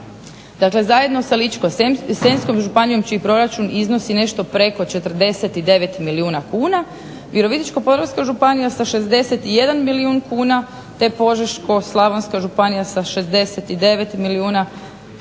Dakle, zajedno sa Ličko-senjskom županijom čiji proračun iznosi nešto preko 49 milijuna kuna Virovitičko-podravska županija sa 61 milijun kuna te Požeško-slavonska županija sa 69 milijuna te